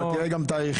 אבל תראה גם תאריכים,